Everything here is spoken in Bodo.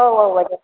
औ औ बायद'